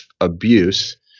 abuse